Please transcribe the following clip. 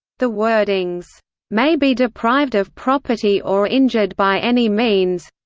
the wordings may be deprived of property or injured by any means.